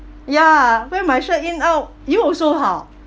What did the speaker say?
ya wear my shirt in out you also hor